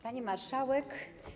Pani Marszałek!